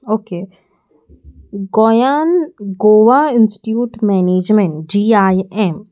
okay गोंयान Goa institute management G I M